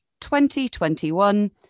2021